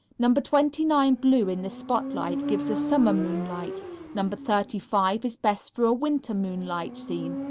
number twenty nine blue in the spotlight gives a summer moonlight number thirty five is best for a winter moonlight scene.